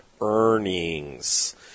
earnings